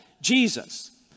Jesus